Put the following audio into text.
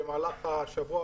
במהלך השבוע,